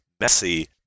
messy